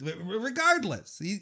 Regardless